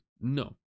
No